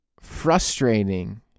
frustrating